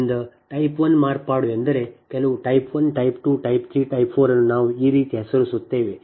ಆದ್ದರಿಂದ type one ಮಾರ್ಪಾಡು ಎಂದರೆ ಕೆಲವು type 1 type 2 type 3 type 4 ಅನ್ನು ನಾವು ಈ ರೀತಿ ಹೆಸರಿಸುತ್ತೇವೆ